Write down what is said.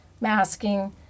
masking